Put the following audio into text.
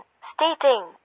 stating